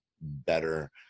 better